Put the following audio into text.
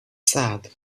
sad